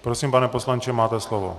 Prosím, pane poslanče, máte slovo.